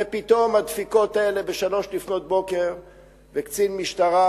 ופתאום הדפיקות האלה ב-03:00 וקצין משטרה